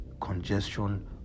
congestion